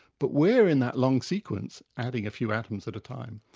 but where in that long sequence, adding a few atoms at a time,